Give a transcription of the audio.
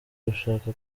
gushaka